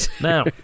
Now